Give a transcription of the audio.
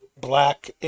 Black